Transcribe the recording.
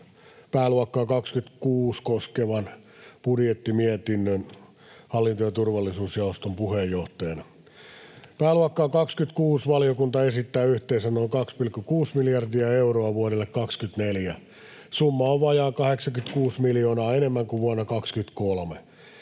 pääluokkaa 26 koskevan budjettimietinnön hallinto- ja turvallisuusjaoston puheenjohtajana. Pääluokkaan 26 valiokunta esittää yhteensä noin 2,6 miljardia euroa vuodelle 24. Summa on vajaa 86 miljoonaa enemmän kuin vuonna 23.